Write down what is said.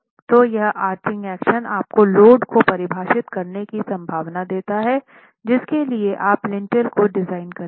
तो यह arching action आपको लोड को परिभाषित करने की संभावना देता है जिसके लिए आप लिंटेल को डिज़ाइन करेंगे